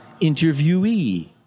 interviewee